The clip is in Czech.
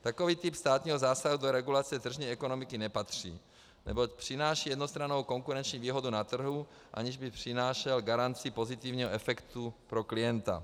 Takový typ státního zásahu do regulace tržní ekonomiky nepatří, neboť přináší jednostrannou konkurenční výhodu na trhu, aniž by přinášel garanci pozitivního efektu pro klienta.